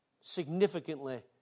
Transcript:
significantly